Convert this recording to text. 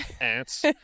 ants